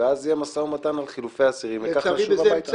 ואז יהיה משא ומתן על חילופי אסירים וכך נשוב הביתה.